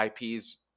IPs